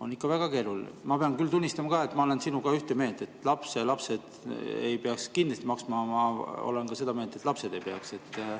see ikka väga keeruline. Ma pean küll tunnistama, et ma olen sinuga ühte meelt, et lapselapsed ei peaks kindlasti maksma. Ma olen ka seda meelt, et lapsed ei peaks maksma.